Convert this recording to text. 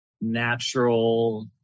natural